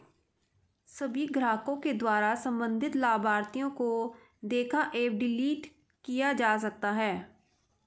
सभी ग्राहकों के द्वारा सम्बन्धित लाभार्थी को देखा एवं डिलीट किया जा सकता है